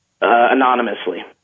anonymously